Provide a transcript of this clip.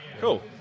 cool